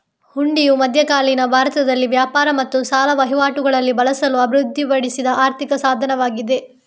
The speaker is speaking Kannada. ಹುಂಡಿಯು ಮಧ್ಯಕಾಲೀನ ಭಾರತದಲ್ಲಿ ವ್ಯಾಪಾರ ಮತ್ತು ಸಾಲ ವಹಿವಾಟುಗಳಲ್ಲಿ ಬಳಸಲು ಅಭಿವೃದ್ಧಿಪಡಿಸಿದ ಆರ್ಥಿಕ ಸಾಧನವಾಗಿದೆ